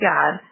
God